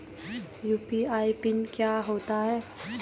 UPI PIN क्या होता है?